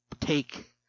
take